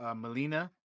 Melina